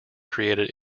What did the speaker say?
created